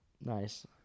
Nice